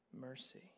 Mercy